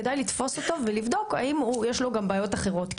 כדאי לתפוס אותו ולבדוק אם יש לו גם בעיות אחרות.